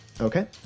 Okay